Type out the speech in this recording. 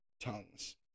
tongues